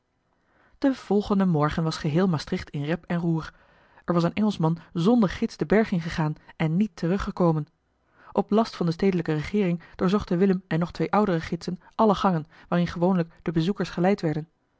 den volgenden morgen was geheel maastricht in rep en roer er was een engelschman zonder gids den berg ingegaan en niet teruggekomen op last van de stedelijke regeering doorzochten willem en nog twee oudere gidsen alle gangen waarin gewoonlijk de bezoekers geleid werden